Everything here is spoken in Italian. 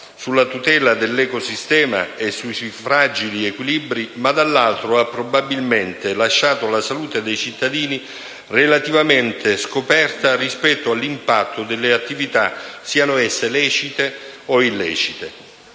sulla tutela dell'ecosistema e sui suoi fragili equilibri, ma dall'altro, abbia probabilmente lasciato la salute dei cittadini relativamente scoperta rispetto all'impatto delle attività, siano esse lecite o illecite.